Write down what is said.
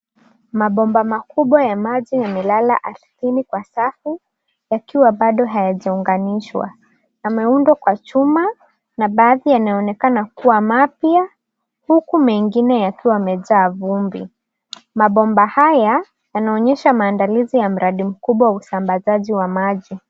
Mabomba makubwa ya maji yamelala ardhini kwa safu yakiwa bado hayajaunganishwa. Yameundwa kwa chuma na baadhi yanaonekana kuwa mpya huku mengine yakiwa yamejaa vumbi. Mabomba ya haya yanaonyesha maendeleo ya mradi mkubwa wa usambazaji wa maji.